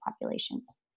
populations